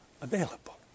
available